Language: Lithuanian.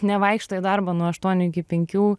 nevaikšto į darbą nuo aštuonių iki penkių